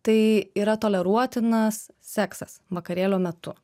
tai yra toleruotinas seksas vakarėlio metu